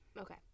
Okay